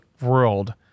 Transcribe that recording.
world